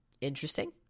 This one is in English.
Interesting